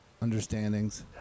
Understandings